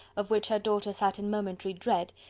of which her daughter sat in momentary dread,